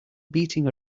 beating